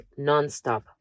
nonstop